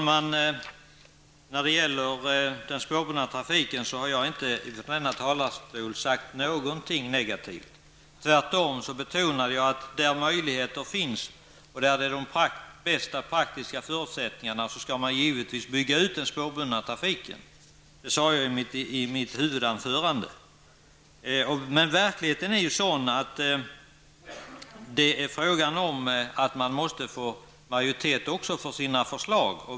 Herr talman! Jag har inte sagt något negativt från denna talarstol om den spårbundna trafiken. Tvärtom, jag har betonat att där möjligheter finns och där de bästa praktiska förutsättningarna finns skall man givetvis bygga ut den spårbundna trafiken. Det sade jag i mitt huvudanförande. Men verkligheten är sådan att det är fråga om att få majoritet för sina förslag.